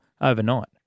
overnight